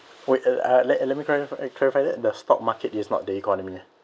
wait uh let let me clarify uh clarify that the stock market is not the economy ah